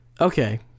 okay